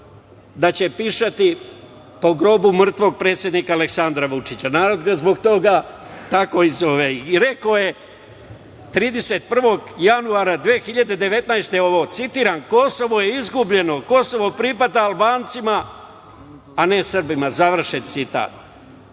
da će pišati po grobu mrtvog predsednika Aleksandra Vučića. Narod ga zbog toga tako i zove. Rekao je 31. januara 2019. godine, citiram: "Kosovo je izgubljeno, Kosovo pripada Albancima a ne Srbima", završen citat.